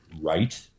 right